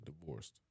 divorced